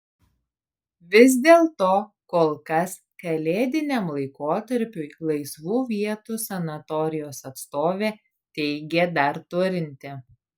vis dėlto kol kas kalėdiniam laikotarpiui laisvų vietų sanatorijos atstovė teigė dar turinti